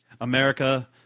America